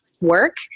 work